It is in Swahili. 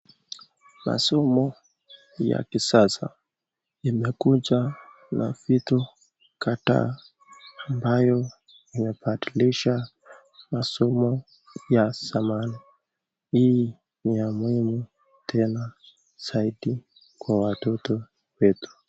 Masomo ya kisasa imekuja na vitu kadhaa ambayo imebadilisha masomo ya zamani, hii ni ya muhimu tena zaidi kwa watoto wetu.